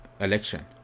election